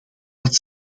wat